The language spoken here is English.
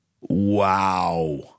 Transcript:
Wow